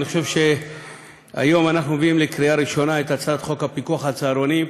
היום אנחנו מביאים לקריאה ראשונה את הצעת חוק הפיקוח על צהרונים.